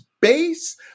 base